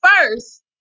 first